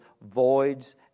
voids